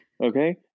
Okay